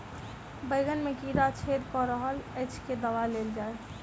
बैंगन मे कीड़ा छेद कऽ रहल एछ केँ दवा देल जाएँ?